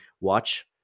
Watch